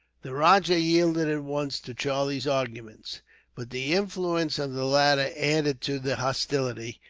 the rajah yielded at once to charlie's arguments but the influence of the latter added to the hostility,